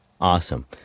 Awesome